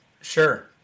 Sure